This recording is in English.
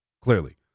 clearly